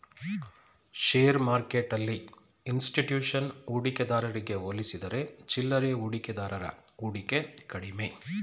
share ಮಾರ್ಕೆಟ್ಟೆಲ್ಲಿ institution ಹೂಡಿಕೆದಾರಗೆ ಹೋಲಿಸಿದರೆ ಚಿಲ್ಲರೆ ಹೂಡಿಕೆದಾರರ ಹೂಡಿಕೆ ಕಡಿಮೆ